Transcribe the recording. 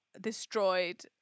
destroyed